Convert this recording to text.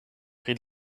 pri